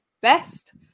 best